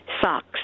socks